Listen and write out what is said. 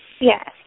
Yes